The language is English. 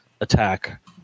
attack